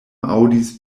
aŭdis